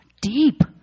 deep